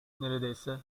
neredeyse